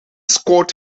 scored